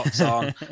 on